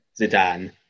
Zidane